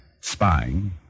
Spying